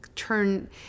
turn